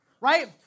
right